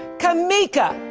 kameeka!